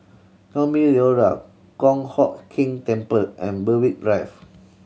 Naumi Liora Kong Hock Keng Temple and Berwick Drive